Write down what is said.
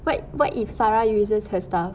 but what if sarah uses her stuff